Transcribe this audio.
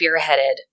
spearheaded